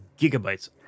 gigabytes